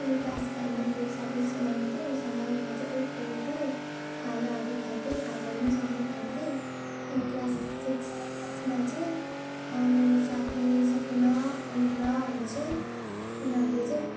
class फाइभमा मेरो साथी सोनामी थियो उसँग मजाले खेल्थेँ खानाहरू खान्थेँ खाजाहरू पनि सँगै खान्थेँ अनि क्लास सिक्समा चाहिँ मेरो साथी सपना अनुग्रहहरू चाहिँ उनीहरूले चाहिँ